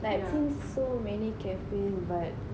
like since so many cafe but